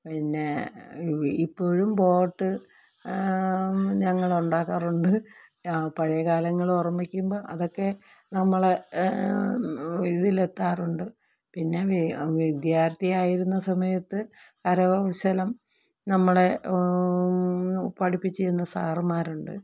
പിന്നെ ഇപ്പോഴും ബോട്ട് ഞങ്ങൾ ഉണ്ടാക്കാറുണ്ട് പഴയകാലങ്ങൾ ഓർമിക്കുമ്പോൾ അതൊക്കെ നമ്മളെ ഇതിലെത്താറുണ്ട് പിന്നെ വെ വിദ്യാർഥിയായിരുന്ന സമയത്ത് കരകൗശലം നമ്മളെ പഠിപ്പിച്ചിരുന്ന സാറുമാരുണ്ട്